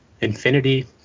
infinity